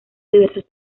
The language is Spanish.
diversos